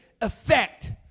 effect